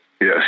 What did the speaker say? Yes